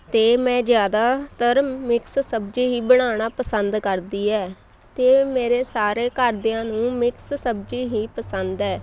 ਅਤੇ ਮੈਂ ਜ਼ਿਆਦਾਤਰ ਮਿਕਸ ਸਬਜ਼ੀ ਹੀ ਬਣਾਉਣਾ ਪਸੰਦ ਕਰਦੀ ਹੈ ਅਤੇ ਮੇਰੇ ਸਾਰੇ ਘਰਦਿਆਂ ਨੂੰ ਮਿਕਸ ਸਬਜ਼ੀ ਹੀ ਪਸੰਦ ਹੈ